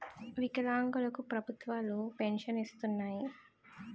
వికలాంగులు కు ప్రభుత్వాలు పెన్షన్ను ఇస్తున్నాయి